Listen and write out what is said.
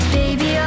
baby